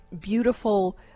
beautiful